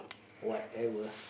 whatever